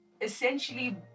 essentially